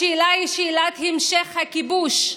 השאלה היא שאלת המשך הכיבוש.